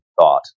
thought